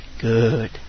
Good